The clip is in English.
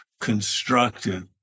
constructive